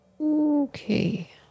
Okay